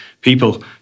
people